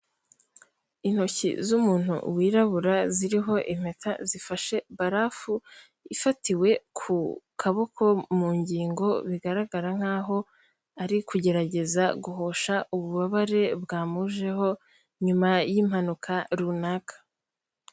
Intoki z'umuntu wirabura ziriho impeta zifashe barafu, ifatiwe ku kaboko mu ngingo bigaragara nkaho ari kugerageza guhosha ububabare bwamujeho, nyuma y'impanuka runaka.